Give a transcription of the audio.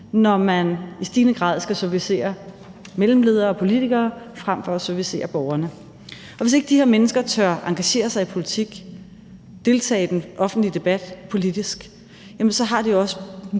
når man i stigende grad skal servicere mellemledere og politikere frem for at servicere borgerne. Hvis ikke de her mennesker tør engagere sig i politik og deltage i den offentlige debat politisk, har det også